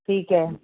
ਠੀਕ ਹੈ